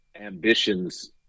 ambitions